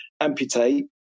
amputate